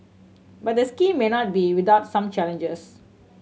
but the scheme may not be without some challenges